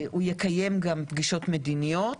הוא גם יקיים פגישות מדיניות.